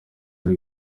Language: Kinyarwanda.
muri